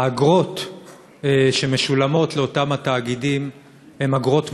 האגרות שמשולמות לאותם התאגידים הן אגרות מוגזמות,